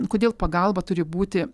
kodėl pagalba turi būti